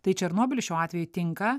tai černobilis šiuo atveju tinka